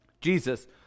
Jesus